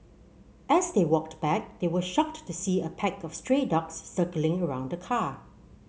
as they walked back they were shocked to see a pack of stray dogs circling around the car